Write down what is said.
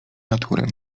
natury